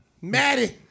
Maddie